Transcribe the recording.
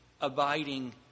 abiding